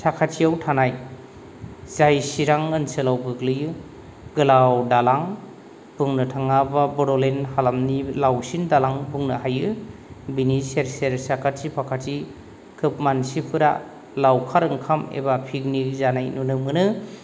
साखाथियाव थानाय जाय सिरां ओनसोलावबो गोलैयो गोलाव दालां बुंनो थाङाबा बड'लेण्ड हालामनि लाउसिन दालां बुंनो हायो बिनि सेर सेर साखाथि फाखाथि खोब मानसिफोरा लावखार ओंखाम एबा पिकनिक जानाय नुनो मोनो